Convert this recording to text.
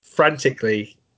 Frantically